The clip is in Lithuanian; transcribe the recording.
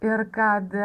ir kad